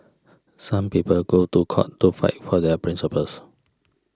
some people go to court to fight for their principles